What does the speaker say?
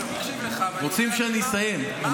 רוצים שאני אסיים.